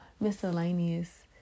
miscellaneous